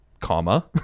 comma